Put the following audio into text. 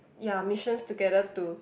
ya missions together to